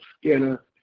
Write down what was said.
Skinner